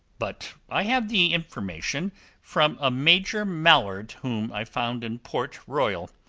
but i have the information from a major mallard whom i found in port royal,